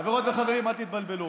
חברות וחברים, אל תתבלבלו.